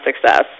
success